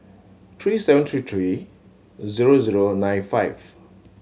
three seven three three zero zero nine five